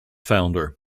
founder